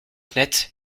fenêtre